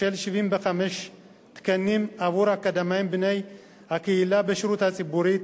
של 75 תקנים עבור אקדמאים בני הקהילה בשירות הציבורי,